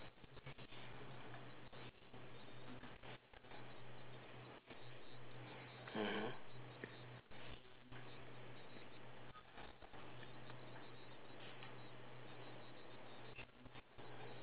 mmhmm